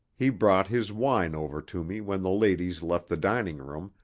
he brought his wine over to me when the ladies left the dining-room,